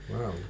wow